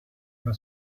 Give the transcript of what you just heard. una